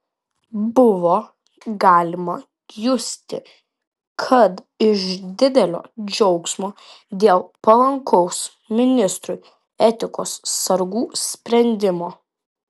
buvo galima justi kad iš didelio džiaugsmo dėl palankaus ministrui etikos sargų sprendimo